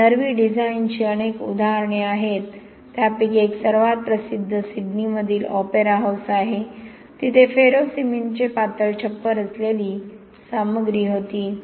आणि नर्व्ही डिझाइनची अनेक उदाहरणे आहेत त्यापैकी एक सर्वात प्रसिद्ध सिडनीमधील ऑपेरा हाऊस आहे तेथे फेरो सिमेंटचे पातळ छप्पर असलेली सामग्री होती